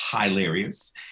hilarious